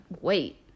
wait